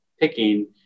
picking